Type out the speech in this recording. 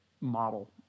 model